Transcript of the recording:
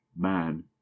man